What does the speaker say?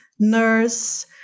nurse